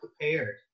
prepared